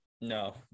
No